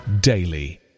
daily